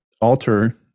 alter